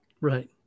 Right